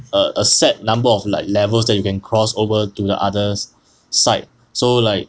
err a set number of like levels that you can cross over to the other side so like